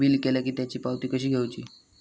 Bill केला की त्याची पावती कशी घेऊची?